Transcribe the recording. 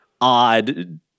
odd